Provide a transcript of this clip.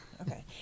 Okay